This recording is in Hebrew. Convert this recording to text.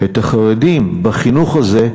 את החרדים בחינוך הזה,